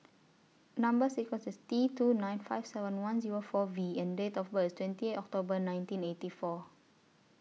Number sequence IS T two nine five seven one Zero four V and Date of birth IS twenty October nineteen eighty four